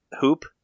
hoop